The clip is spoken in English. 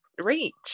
reach